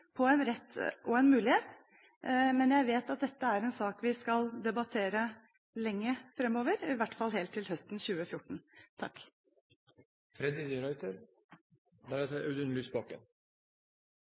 på en rett og en mulighet. Men jeg vet at dette er en sak vi skal debattere lenge framover, i hvert fall helt til høsten 2014. Det er en del snodigheter med denne debatten. En av de